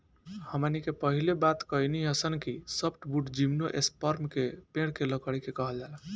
हमनी के पहिले बात कईनी हासन कि सॉफ्टवुड जिम्नोस्पर्म के पेड़ के लकड़ी के कहल जाला